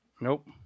Nope